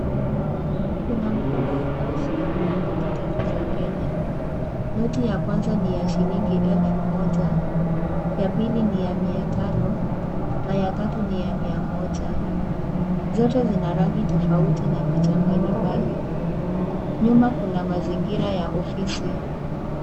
Kuna mkono unaoshikilia noti tatu za Kenya. Noti ya kwanza ni ya shilingi elfu moja, ya pili ni ya mia tano, na ya tatu ni ya mia moja. Zote zina rangi tofauti na picha mbalimbali. Nyuma kuna mazingira ya ofisi.